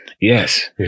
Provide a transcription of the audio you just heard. Yes